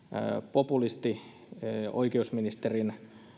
populisti oikeusministerin